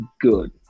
good